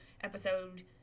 episode